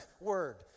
word